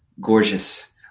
Gorgeous